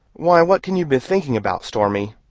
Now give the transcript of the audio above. why, what can you be thinking about, stormy?